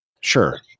Sure